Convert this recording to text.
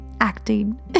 acting